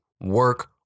work